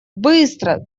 быстро